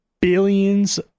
Billions